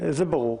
זה ברור.